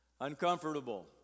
uncomfortable